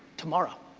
tomorrow.